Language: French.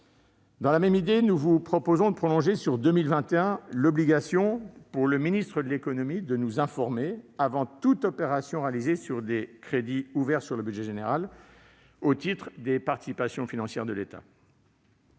Dans le même ordre d'idées, nous vous proposons de prolonger sur 2021 l'obligation pour le ministre de l'économie de nous informer avant toute opération réalisée sur des crédits ouverts sur le budget général au titre des participations financières de l'État.